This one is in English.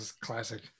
Classic